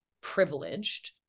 privileged